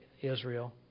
Israel